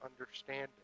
understanding